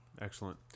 Excellent